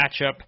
matchup